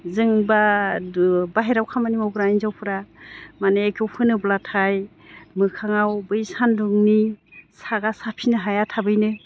जों बाहेराव खामानि मावग्रा हिनजावफोरा माने इखौ फोनोब्लाथाय मोखाङाव बै सान्दुंनि सागा साफिनो हाया थाबैनो